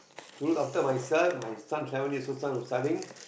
to look after myself my son family and also son who is studying